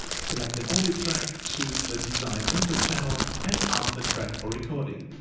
select an audio track, choose the desired input channel and arm the track for recording.